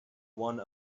one